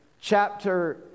Chapter